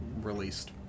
released